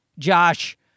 Josh